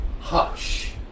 hush